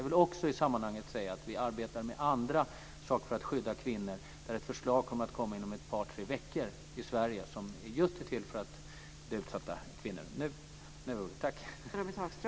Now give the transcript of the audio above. Vi arbetar också med andra saker för att skydda kvinnor. Det kommer ett förslag om ett par tre veckor som riktar sig just till utsatta kvinnor.